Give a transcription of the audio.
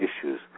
issues